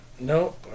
No